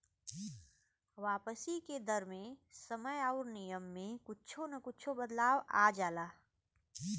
वापसी के दर मे समय आउर नियम में कुच्छो न कुच्छो बदलाव आ जाला